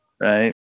right